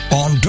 on